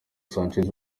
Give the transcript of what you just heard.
sanchez